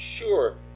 sure